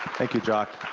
thank you, jacques.